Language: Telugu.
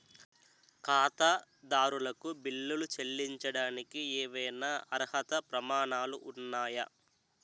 ఖాతాదారులకు బిల్లులు చెల్లించడానికి ఏవైనా అర్హత ప్రమాణాలు ఉన్నాయా?